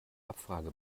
abfrage